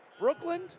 Brooklyn